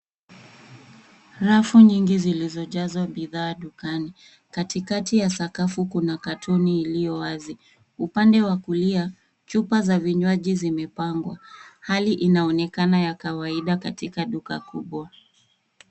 Rafu nyingi zilizojazwa bidhaa dukani. Katikati ya sakafu kuna katoni iliyo wazi. Upande wa kulia chupa za vinywaji zimepangwa. Hali inaonekana ya kawaida katika duka kubwa.